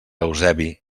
eusebi